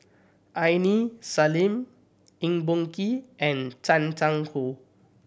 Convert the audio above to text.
Aini Salim Eng Boh Kee and Chan Chang How